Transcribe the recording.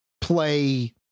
play